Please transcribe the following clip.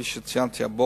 כפי שציינתי הבוקר,